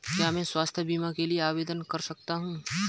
क्या मैं स्वास्थ्य बीमा के लिए आवेदन कर सकता हूँ?